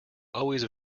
always